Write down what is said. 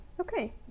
Okay